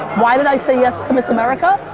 why did i say yes to miss america?